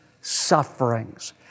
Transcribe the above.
sufferings